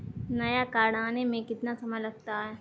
नया कार्ड आने में कितना समय लगता है?